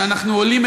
שאנחנו עולים,